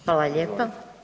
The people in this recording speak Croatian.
Hvala lijepa.